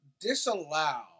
disallow